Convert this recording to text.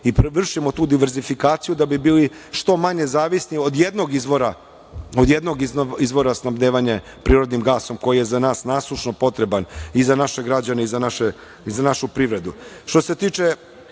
Vršimo tu diverzifikaciju da bi bili što manje zavisni od jednog izvora snabdevanja prirodnim gasom koji je za nas nasušno potreban i za naše građane i za našu privredu. Što se tiče